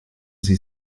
sie